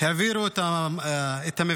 העבירו את המבנה,